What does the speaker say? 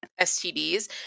STDs